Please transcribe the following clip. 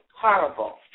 horrible